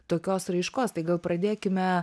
tokios raiškos tai gal pradėkime